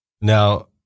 now